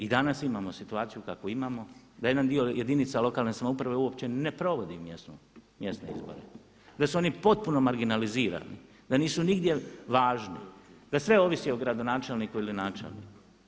I danas imamo situaciju kakvu imamo, da jedan dio jedinica lokalne samouprave uopće ne provodi mjesne izbore, da su oni potpuno marginalizirani, da nisu nigdje važni, da sve ovisi o gradonačelniku ili načelniku.